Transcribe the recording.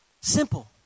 Simple